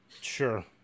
Sure